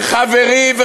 וחברי,